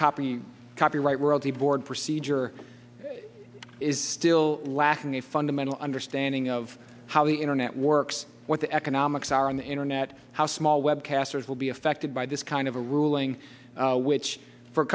copying copyright world the board procedure is still lacking a fundamental understanding of how the internet works what the economics are on the internet how small web casters will be affected by this kind of a ruling which for